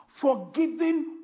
Forgiving